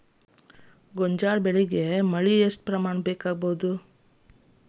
ಗೋಂಜಾಳ ಬೆಳಿಗೆ ಮಳೆ ಪ್ರಮಾಣ ಎಷ್ಟ್ ಆಗ್ಬೇಕ?